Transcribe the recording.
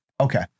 Okay